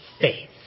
faith